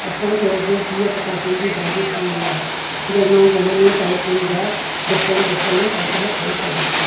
असांखे अॼु बिहु पटाटनि जी भाॼी ठाहिणी आहे जंहिं मां घणनि ही टाइपनि जा डिफरेंट डिफरेंट आइटम ठही सघनि था